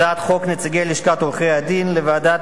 הצעת חוק נציגי לשכת עורכי-הדין לוועדות